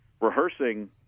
rehearsing